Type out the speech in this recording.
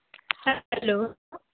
হ্যাঁ হ্যালো